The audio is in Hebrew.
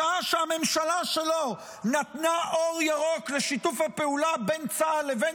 בשעה שהממשלה שלו נתנה אור ירוק לשיתוף הפעולה בין צה"ל לבין